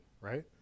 right